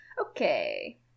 Okay